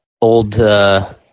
old